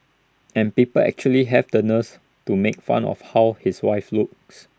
and people actually have the nerves to make fun of how his wife looks